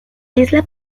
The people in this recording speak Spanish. isla